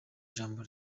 ijambo